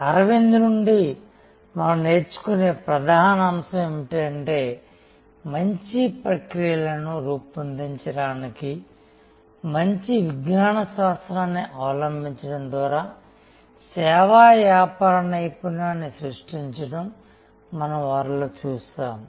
అరవింద్ నుండి మనం నేర్చుకునే ప్రధాన అంశం ఏమిటంటే మంచి ప్రక్రియలను రూపొందించడానికి మంచి విజ్ఞాన శాస్త్రాన్ని అవలంబించడం ద్వారా సేవా వ్యాపార నైపుణ్యాన్ని సృష్టించడం మనం వారిలో చూసాము